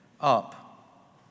up